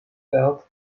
wild